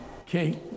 okay